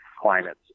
climates